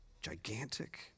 gigantic